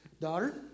daughter